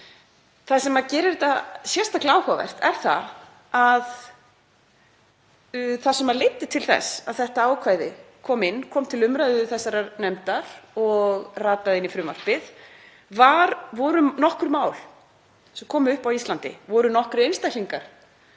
Það sem gerir þetta sérstaklega áhugavert er að það sem leiddi til þess að þetta ákvæði kom inn, kom til umræðu þessarar nefndar og rataði inn í frumvarpið, voru nokkur mál sem komu upp á Íslandi, það voru nokkrir einstaklingar,